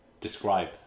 describe